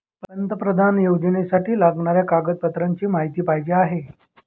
पंतप्रधान योजनेसाठी लागणाऱ्या कागदपत्रांची माहिती पाहिजे आहे